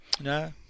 No